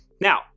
Now